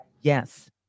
yes